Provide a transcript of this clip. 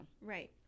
Right